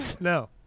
No